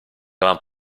gran